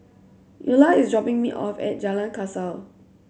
Eola is dropping me off at Jalan Kasau